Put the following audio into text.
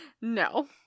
No